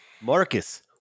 Marcus